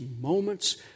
moments